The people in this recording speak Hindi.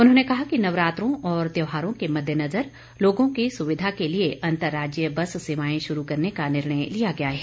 उन्होंने कहा कि नवरात्रों और त्योहारों के मद्देनजर लोगों की सुविधा के लिये अंतरराज्यीय बस सेवाएं शुरू करने का निर्णय लिया गया है